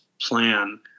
plan